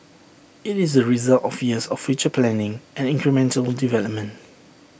IT is the result of years of future planning and incremental development